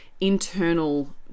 internal